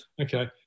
Okay